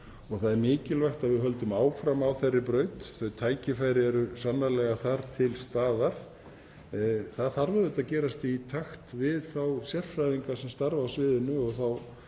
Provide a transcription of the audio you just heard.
og það er mikilvægt að við höldum áfram á þeirri braut. Þau tækifæri eru sannarlega til staðar. Það þarf auðvitað að gerast í takt við þá sérfræðinga sem starfa á sviðinu og